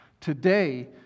Today